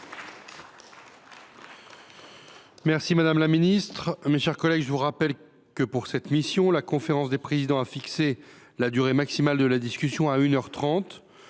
levier de puissance. Mes chers collègues, je vous rappelle que, pour cette mission, la conférence des présidents a fixé la durée maximale de la discussion à trois